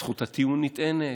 זכות הטיעון ניתנת,